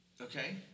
okay